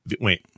Wait